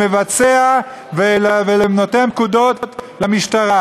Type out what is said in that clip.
למבצע ולנותן פקודות למשטרה.